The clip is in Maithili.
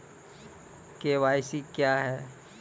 के.वाई.सी क्या हैं?